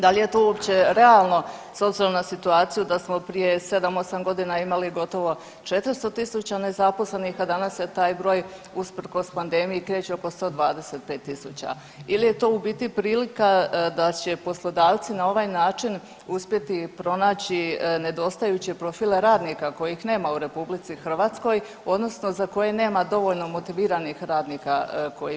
Da li je to uopće realno s obzirom na situaciju da smo prije 7-8 godina imali gotovo 400.000 nezaposlenih, a danas se taj broj usprkos pandemiji kreće oko 125.000 ili je to u biti prilika da će poslodavci na ovaj način uspjeti pronaći nedostajuće profile radnika kojih nema u RH odnosno za koje nema dovoljno motiviranih radnika koji bi ih odrađivali.